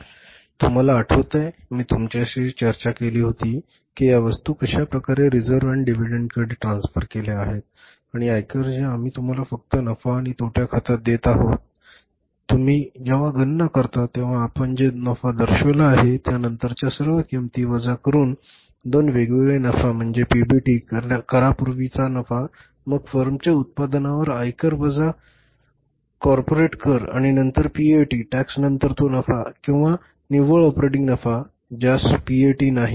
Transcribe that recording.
तुम्हाला आठवतंय मी तुमच्याशी चर्चा केली होती की या वस्तू कशाप्रकारे रिझर्व्ह अँड डिव्हीडंड कडे ट्रान्सफर केल्या आहेत आणि आयकर जे आम्ही तुम्हाला फक्त नफा आणि तोटा खात्यात देत आहोत तुम्ही जेव्हा गणना करता तेव्हा आपण जो नफा दर्शविला आहे त्या नंतरच्या सर्व किंमती वजा करुन दोन वेगवेगळे नफा म्हणजे पीबीटी करापूर्वी नफा मग फर्मच्या उत्पन्नावर आयकर वजा कॉर्पोरेट कर आणि नंतर पीएटी टॅक्सनंतर तो नफा किंवा निव्वळ ऑपरेटिंग नफा आहे ज्यास पीएटी नाही